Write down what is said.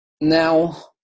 Now